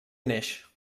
naix